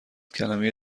کلمه